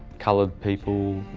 coloured people,